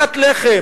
פת-לחם,